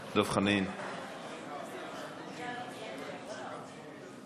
אדוני השר להגנת הסביבה וסגן השר להגנת הסביבה,